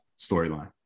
storyline